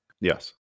Yes